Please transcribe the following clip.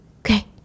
okay